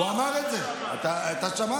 הוא אמר את זה, אתה שמעת.